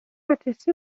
مدرسه